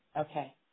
Okay